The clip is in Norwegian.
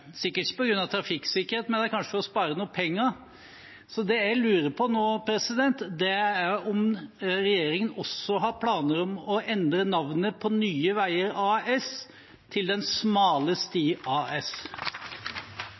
kanskje for å spare noen penger. Det jeg lurer på nå, er om regjeringen også har planer om å endre navnet på Nye Veier AS til Den smale sti AS.